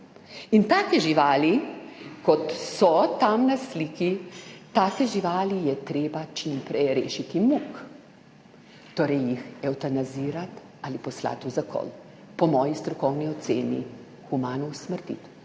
in take živali, kot so tam na sliki, take živali je treba čim prej rešiti muk, torej jih evtanazirati ali poslati v zakol, po moji strokovni oceni humano usmrtiti.